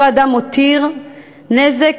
אותו אדם מותיר נזק,